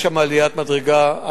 יש שם עליית מדרגה.